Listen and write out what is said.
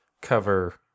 cover